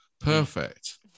Perfect